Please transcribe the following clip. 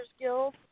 Guild